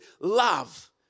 love